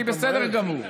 שהיא בסדר גמור,